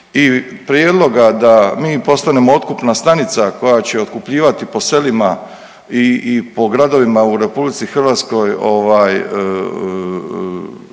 prijedloga da mi postanemo otkupna stanica koja će otkupljivati po selima i po gradovima u Republici Hrvatskoj